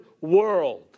world